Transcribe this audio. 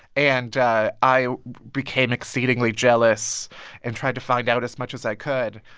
and i i became exceedingly jealous and tried to find out as much as i could.